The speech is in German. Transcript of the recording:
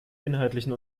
inhaltlichen